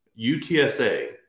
UTSA